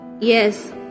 yes